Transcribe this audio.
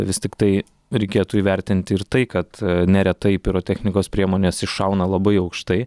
vis tiktai reikėtų įvertinti ir tai kad neretai pirotechnikos priemonės iššauna labai aukštai